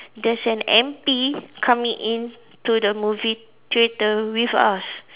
there's an M_P coming into the movie theatre with us